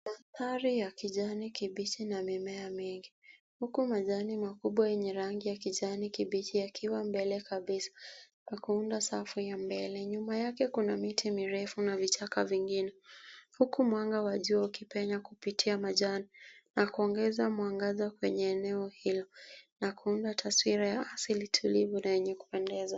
Mandhari ya kijani kibichi na mimea mengi huku majani makubwa yenye rangi ya kijani kibichi yakiwa mbele kabisa na kuunda safu ya mbele. Nyuma yake kuna miti mirefu na vichaka vingine huku mwanga wa jua ukipenya kupitia majani na kuongeza mwangaza kwenye eneo hilo na kuunda taswira ya asili tulivu na yenye kupendeza.